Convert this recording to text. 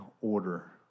order